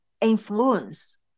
influence